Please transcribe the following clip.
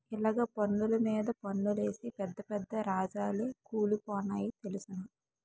ఇలగ పన్నులు మీద పన్నులేసి పెద్ద పెద్ద రాజాలే కూలిపోనాయి తెలుసునా